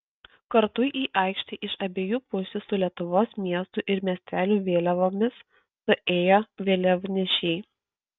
kartu į aikštę iš abiejų pusių su lietuvos miestų ir miestelių vėliavomis suėjo vėliavnešiai